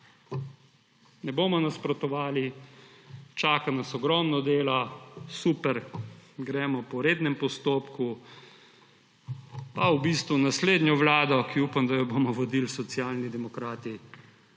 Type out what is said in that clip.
Ne bomo nasprotovali. Čaka nas ogromno dela, super, gremo po rednem postopku. Pa v bistvu naslednjo vlado, za katero upam, da jo bomo vodili Socialni demokrati,